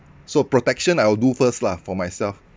so protection I will do first lah for myself